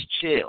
chill